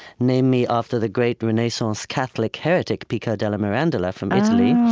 named me after the great renaissance catholic heretic pico della mirandola from italy.